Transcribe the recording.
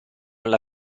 alla